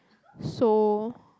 so